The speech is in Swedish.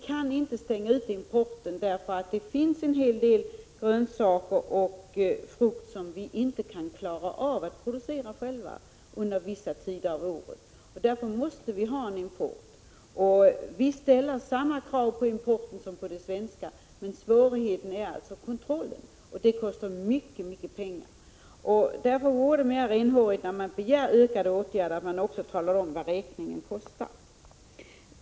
Emellertid finns det en hel del grönsaker och frukt som vi inte kan klara av att producera under vissa tider av året, och därför måste vi ha import. Vi ställer samma krav på importen som på de svenska produkterna, men svårigheten är kontrollen, och den kostar mycket pengar. Därför vore det alltså mera renhårigt, när man begär ökade åtgärder, att man också talade om vad räkningen kostar.